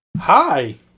Hi